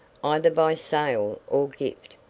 either by sale or gift.